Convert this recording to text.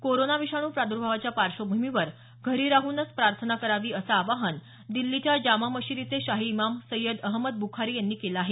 corona विषाणू प्रादुर्भावाच्या पार्श्वभूमीवर घरी राहूनच प्रार्थना करावी असं आवाहन दिछीच्या जामा मशिदीचे शाही इमाम सय्यद अहमद बुखारी यांनी केलं आहे